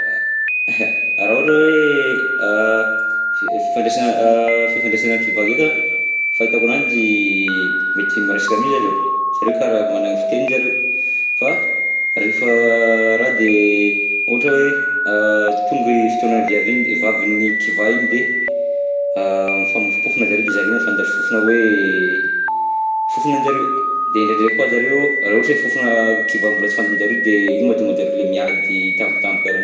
Raha ohatra hoe a fifandraisana a fifandraisana kivà ndreka fahitako ananjy mety miresaka mi zareo, zareo raha manana ny fiteninjareo, fa rehefa raha de ohatra hoe a tonga i fotoanan'ny viavy iny, de, vavin'ny kivà iny de a mifamofompofona zareo, de zareo mifandary fofona hoe fofonanjareo de indraindray koa zareo, raha ohatra hoe fofona kivaha mbola tsy fantanjareo de iny mahatonga anjareo le miady tampotampoka reny.